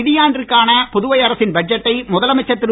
நிதியாண்டிற்கான புதுவை அரசின் பட்ஜெட்டை நடப்பு முதலமைச்சர் திரு